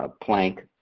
plank